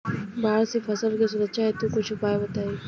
बाढ़ से फसल के सुरक्षा हेतु कुछ उपाय बताई?